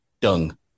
Dung